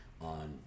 on